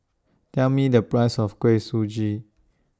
Tell Me The Price of Kuih Suji